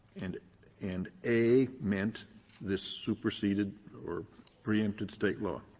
and and a meant this superseded or preempted state law.